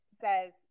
says